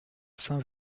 saint